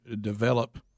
develop